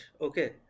okay